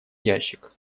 ящик